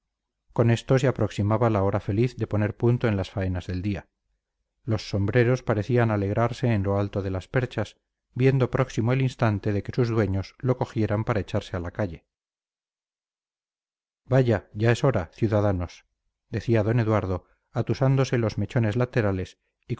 con esto se aproximaba la hora feliz de poner punto en las faenas del día los sombreros parecían alegrarse en lo alto de las perchas viendo próximo el instante de que sus dueños lo cogieran para echarse a la calle vaya ya es hora ciudadanos decía d eduardo atusándose los mechones laterales